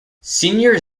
senior